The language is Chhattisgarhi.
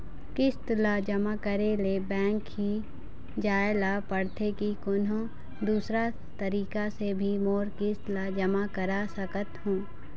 किस्त ला जमा करे ले बैंक ही जाए ला पड़ते कि कोन्हो दूसरा तरीका से भी मोर किस्त ला जमा करा सकत हो?